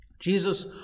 Jesus